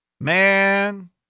man